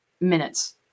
minutes